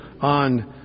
on